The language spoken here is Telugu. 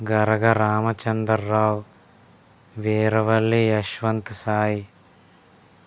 గరగా రామచందర్ రావు వీరవల్లి యశ్వంత్ సాయి